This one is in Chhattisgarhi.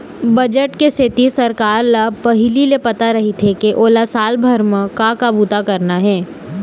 बजट के सेती सरकार ल पहिली ले पता रहिथे के ओला साल भर म का का बूता करना हे